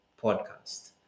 podcast